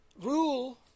Rule